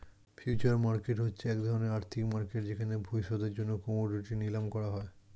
future market হচ্ছে এক ধরণের আর্থিক মার্কেট যেখানে ভবিষ্যতের জন্য কোমোডিটি নিলাম করা হয়